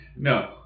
no